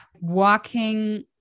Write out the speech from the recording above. Walking